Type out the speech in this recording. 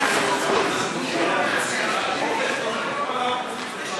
הצעת סיעת הרשימה המשותפת להביע אי-אמון בממשלה לא נתקבלה.